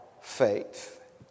faith